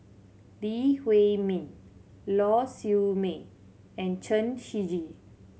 Lee Huei Min Lau Siew Mei and Chen Shiji